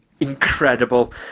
incredible